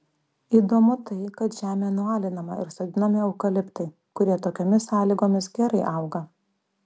įdomu tai kad žemė nualinama ir sodinami eukaliptai kurie tokiomis sąlygomis gerai auga